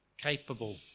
capable